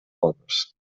pobres